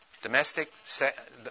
Domestic